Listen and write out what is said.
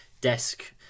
desk